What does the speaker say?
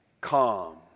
calm